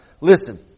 Listen